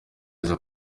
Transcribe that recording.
rero